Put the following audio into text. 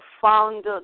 found